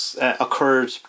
occurred